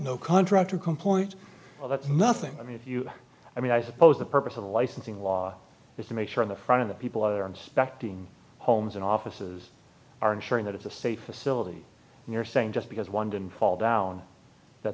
no contractor complaint well that's nothing i mean i mean i suppose the purpose of the licensing law is to make sure the front of the people who are inspecting homes and offices are ensuring that it's a state facility and you're saying just because one didn't fall down that